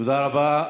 תודה רבה.